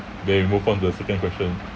then we move on to the second question